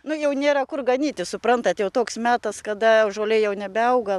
nu jau nėra kur ganyti suprantat toks metas kada žolė jau nebeauga